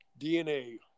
dna